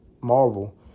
Marvel